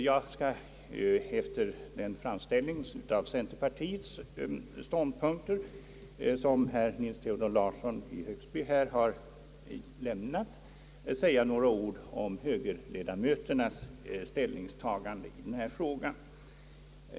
Jag skall efter den redogörelse av centerpartiets ståndpunkter, som herr Nils Theodor Lars son i Högsby här har lämnat, säga några ord om högerledamöternas ställningstagande i denna fråga.